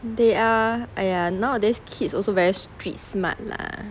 they are !aiya! nowadays kids also very street smart lah